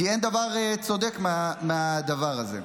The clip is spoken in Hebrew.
כי אין דבר צודק מהדבר הזה.